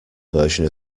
version